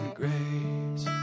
grace